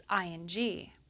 ing